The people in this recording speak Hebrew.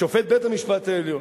שופט בית-המשפט העליון.